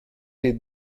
des